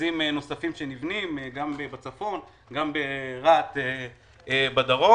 מרכזים נוספים שנבנים, גם בצפון, גם ברהט בדרום.